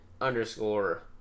underscore